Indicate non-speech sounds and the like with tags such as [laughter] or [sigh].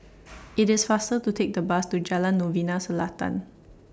[noise] IT IS faster to Take The Bus to Jalan Novena Selatan